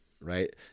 right